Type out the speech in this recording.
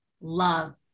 love